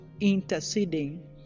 interceding